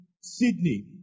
Sydney